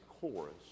chorus